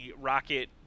rocket